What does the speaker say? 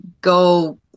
go